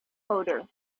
coder